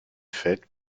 faites